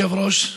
אדוני היושב-ראש,